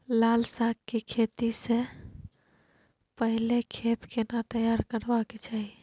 लाल साग के खेती स पहिले खेत केना तैयार करबा के चाही?